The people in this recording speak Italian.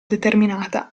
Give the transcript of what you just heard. determinata